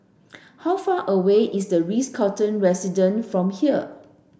how far away is The Ritz Carlton Residence from here